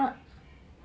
not